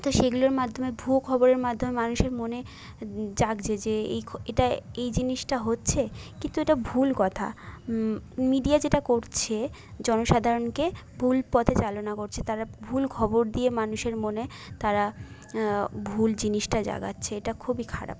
তো সেগুলোর মাধ্যমে ভুয়ো খবরের মাধ্যমে মানুষের মনে জাগছে যে এটা এই জিনিসটা হচ্ছে কিন্তু একটা ভুল কথা মিডিয়া যেটা করছে জনসাধারণকে ভুল পথে চালনা করছে তারা ভুল খবর দিয়ে মানুষের মনে তারা ভুল জিনিসটা জাগাচ্ছে এটা খুবই খারাপ